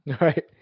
Right